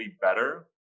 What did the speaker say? better